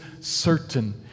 certain